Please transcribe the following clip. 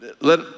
Let